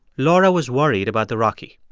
laura was worried about the rocky.